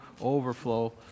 overflow